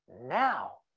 now